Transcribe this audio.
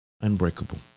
unbreakable